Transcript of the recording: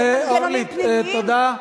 אורלי, תודה.